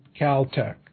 Caltech